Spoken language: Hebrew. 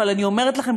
אבל אני אומרת לכם,